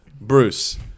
Bruce